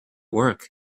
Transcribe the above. work